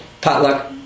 potluck